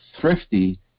thrifty